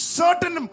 certain